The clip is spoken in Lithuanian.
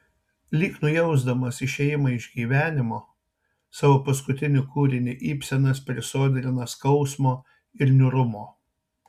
lyg nujausdamas išėjimą iš gyvenimo savo paskutinį kūrinį ibsenas prisodrina skausmo ir niūrumo